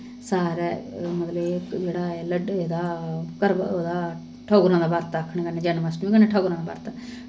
सारे मतलब एह् जेह्ड़ा ऐ लड्ड एह्दा करवा ओह्दा ठौगरें दा बर्त आखनें कन्नै जनमाश्टमी कन्नै ठौगरें दा बर्त